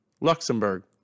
Luxembourg